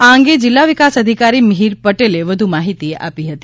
આ અંગાજિલ્લા વિકાસ અધિકારી મીહીર પટેલ વધુ માહીતી આપી હતી